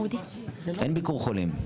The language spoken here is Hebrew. אין ביקור חולים.